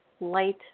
Light